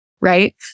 right